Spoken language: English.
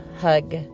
hug